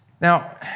Now